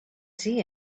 see